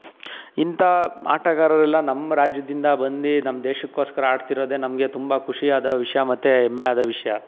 ಇಂಥಾ ಆಟಗಾರರೆಲ್ಲಾ ನಮ್ಮ ರಾಜ್ಯದಿಂದ ಬಂದು ನಮ್ಮ ದೇಶಕ್ಕೋಸ್ಕರ ಆಡ್ತಿರೋದೆ ನಮಗೆ ತುಂಬ ಖುಷಿಯಾದ ವಿಷಯ ಮತ್ತೆ ಹೆಮ್ಮೆಯಾದ ವಿಷಯ